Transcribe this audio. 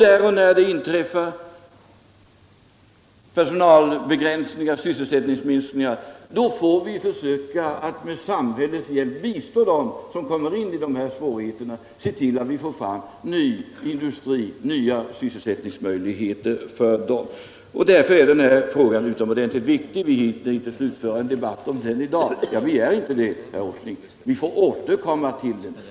Där och när man måste tillgripa personalinskränkningar på grund av minskad sysselsättning, får vi med samhällets hjälp bistå dem som drabbas genom att försöka få fram ny tillverkning och nya sysselsättningsmöjligheter. Därför är denna fråga utomordentligt viktig. Vi hinner inte slutföra en debatt om den i dag. Jag begär inte det, herr Åsling. Vi får återkomma till den.